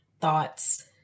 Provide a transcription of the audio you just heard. thoughts